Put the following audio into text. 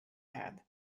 head